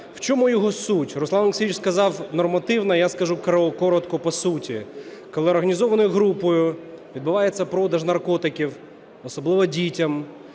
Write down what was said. В чому його суть? Руслан Олексійович сказав нормативно, а я скажу коротко, по суті. Коли організованою групою відбувається продаж наркотиків, особливо дітям,